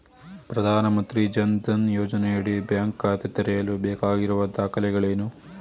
ಪ್ರಧಾನಮಂತ್ರಿ ಜನ್ ಧನ್ ಯೋಜನೆಯಡಿ ಬ್ಯಾಂಕ್ ಖಾತೆ ತೆರೆಯಲು ಬೇಕಾಗಿರುವ ದಾಖಲೆಗಳೇನು?